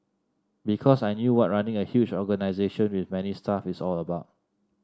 because I knew what running a huge organisation with many staff is all about